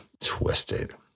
twisted